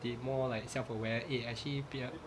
they more like self aware eh actually 不要